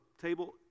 table